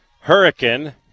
Hurricane